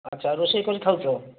ଆଚ୍ଛା ରୋଷେଇ କରି ଖାଉଛ